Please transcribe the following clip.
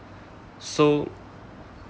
so